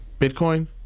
bitcoin